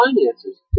finances